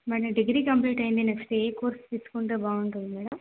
మొన్న degree complete అయ్యింది next ఏ కోర్స్ తీసుకుంటే బాగుంటుంది మేడం